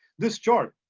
this chart,